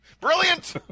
Brilliant